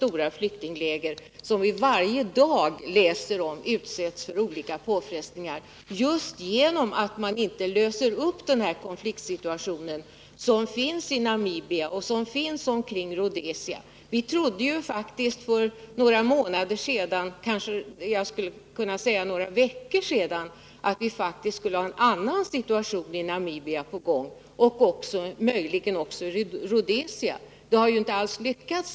Och varje dag läser vi om hur de stora flyktinglägren utsätts för olika påfrestningar på grund av att man inte löser upp den konfliktsituation som finns i Namibia och Rhodesia. Vi trodde ju faktiskt för några månader sedan, kanske även för några veckor sedan, att vi skulle ha en annan utveckling på gång i Namibia, möjligen också i Rhodesia.